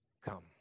Come